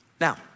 Now